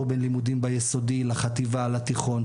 בין לימודים ביסודי לחטיבה ולתיכון,